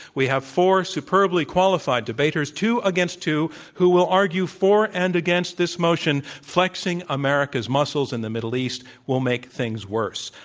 we have four superbly qualified debaters, two against two, who will argue for and against this motion flexing america's muscles in the middle east will make things worse.